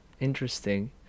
interesting